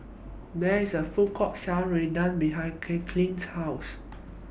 There IS A Food Court sell Rendang behind House